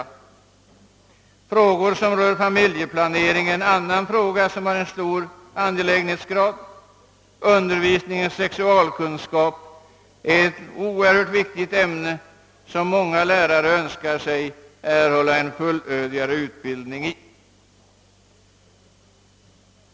De frågor som rör familjeplanering är också av stor angelägenhelsgrad. Likaså är undervisningen i sexualkunskap oerhört viktig, och många lärare önskar få en mera fullödig utbildning i det ämnet.